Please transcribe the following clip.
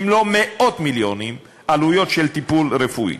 אם לא מאות מיליונים, עלויות של טיפול רפואי.